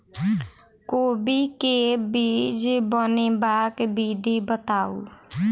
कोबी केँ बीज बनेबाक विधि बताऊ?